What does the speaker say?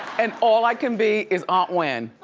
and all i can be is aunt wen.